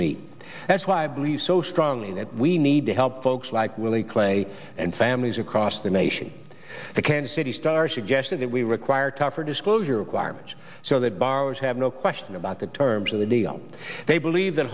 meet that's why i believe so strongly that we need to help folks like willie clay and families across the nation the kansas city star suggested that we require tougher disclosure requirements so that borrowers have no question about the terms of the deal they believe that